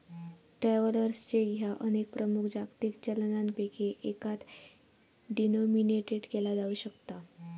travellers cheque ह्या अनेक प्रमुख जागतिक चलनांपैकी एकात डिनोमिनेटेड केला जाऊ शकता